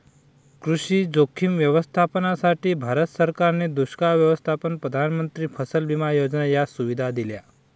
कृषी जोखीम व्यवस्थापनासाठी, भारत सरकारने दुष्काळ व्यवस्थापन, प्रधानमंत्री फसल विमा योजना या सुविधा दिल्या